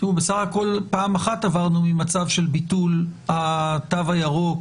הכול פעם אחת עברנו ממצב של ביטול התו הירוק